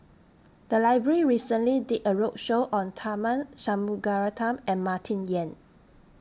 The Library recently did A roadshow on Tharman Shanmugaratnam and Martin Yan